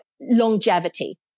longevity